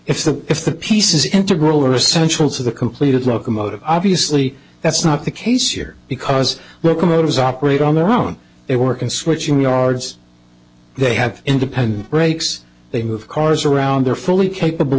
if the if the piece is integral or essential to the completed locomotive obviously that's not the case here because we're committed is operate on their own they work in switching yards they have independent brakes they move cars around they're fully capable